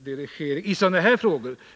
dirigering i sådana här frågor.